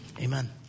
amen